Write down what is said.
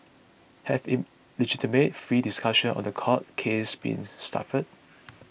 have in legitimate free discussions on the court cases been stifled